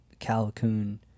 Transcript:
Calicoon